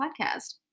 Podcast